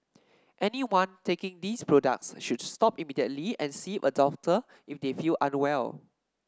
anyone taking these products should stop immediately and see a doctor if they feel unwell